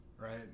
right